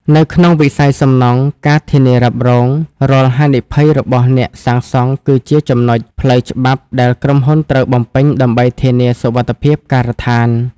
នៅក្នុងវិស័យសំណង់ ការធានារ៉ាប់រង រាល់ហានិភ័យរបស់អ្នកសាងសង់គឺជា ចំណុច ផ្លូវច្បាប់ដែលក្រុមហ៊ុនត្រូវបំពេញដើម្បីធានាសុវត្ថិភាពការដ្ឋាន។